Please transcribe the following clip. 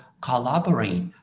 collaborate